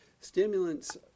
Stimulants